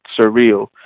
surreal